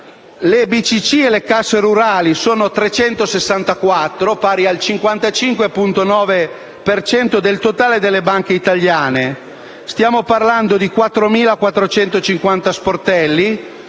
le BCC e le Casse rurali sono 364, pari al 55,9 per cento del totale delle banche italiane. Stiamo parlando di 4.450 sportelli;